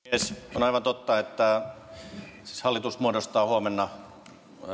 on aivan totta että hallitus muodostaa huomenna